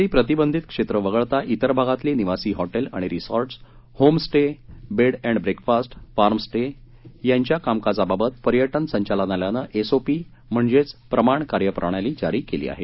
राज्यातली प्रतिबंधित क्षेत्र वगळता विर भागातली निवासी हॉटेल्स आणि resorts home stay bed and breakfast farm stay यांच्या यांच्या कामकाजाबाबत पर्यटन संचालनालयानं एसओपी म्हणजेच प्रमाण कार्यप्रणाली जारी केली आहे